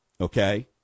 okay